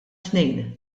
tnejn